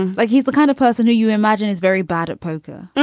like he's the kind of person who you imagine is very bad at poker.